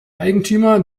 eigentümer